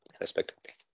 respectively